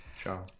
Ciao